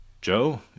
Joe